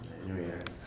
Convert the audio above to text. anyway I